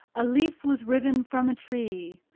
a leaf was riven from a tree,